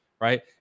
right